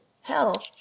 hell